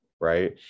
right